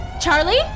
Charlie